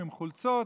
עם חולצות,